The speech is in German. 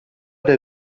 der